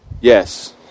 Yes